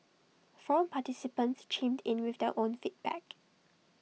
forum participants chimed in with their own feedback